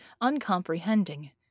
uncomprehending